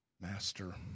Master